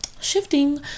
shifting